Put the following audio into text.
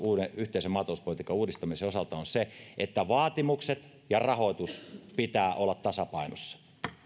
yhteisen maatalouspolitiikan uudistamisen osalta on se että vaatimusten ja rahoituksen pitää olla tasapainossa ei